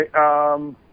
Okay